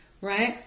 Right